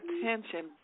attention